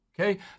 Okay